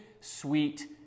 sweet